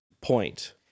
point